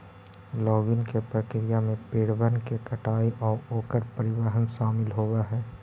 logging के प्रक्रिया में पेड़बन के कटाई आउ ओकर परिवहन शामिल होब हई